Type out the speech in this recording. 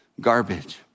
garbage